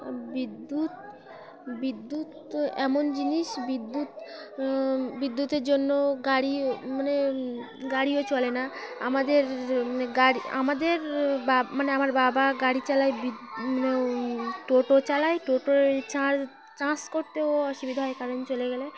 বিদ্যুৎ বিদ্যুৎ এমন জিনিস বিদ্যুৎ বিদ্যুতের জন্য গাড়িও মানে গাড়িও চলে না আমাদের মানে গাড়ি আমাদের বা মানে আমার বাবা গাড়ি চালায় বিদ মানে টোটো চালায় টোটো এই চা চার্জ করতেও অসুবিধা হয় কারণে চলে গেলে